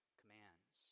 commands